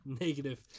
negative